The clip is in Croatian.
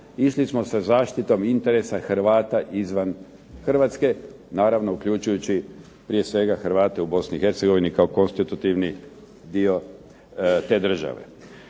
Išli smo sa zaštitom interesa Hrvata izvan Hrvatske, naravno uključujući prije svega Hrvate u Bosni i Hercegovini kao konstitutivni dio te države.